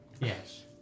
yes